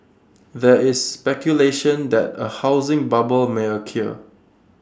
there is speculation that A housing bubble may occur